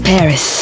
Paris